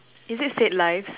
is it st-Ives